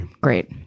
great